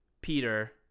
Peter